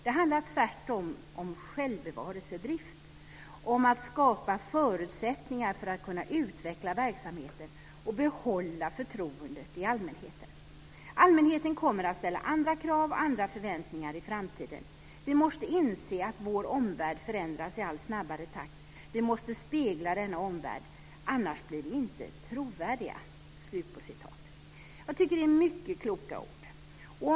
Det handlar tvärtom om självbevarelsedrift, att skapa förutsättningar för att kunna utveckla verksamheten och behålla det stora förtroendet i samhället. Allmänheten kommer att ställa andra krav och andra förväntningar i framtiden. Vi måste inse att vår omvärld förändras i allt snabbare takt. Vi måste spegla denna omvärld. Annars blir vi inte trovärdiga." Jag tycker att det är mycket kloka ord.